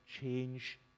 change